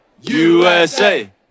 USA